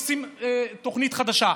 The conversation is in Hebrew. עושים תוכנית חדשה.